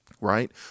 Right